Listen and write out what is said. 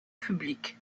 public